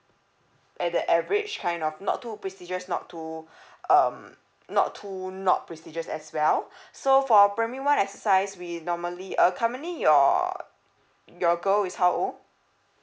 at the average kind of not too prestigious not too um not too not prestigious as well so for primary what exercise we normally uh currently your your girl is how old